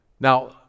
Now